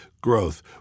growth